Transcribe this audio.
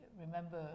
remember